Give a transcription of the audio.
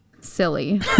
silly